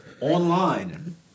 online